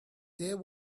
there